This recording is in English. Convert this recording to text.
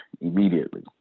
immediately